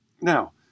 Now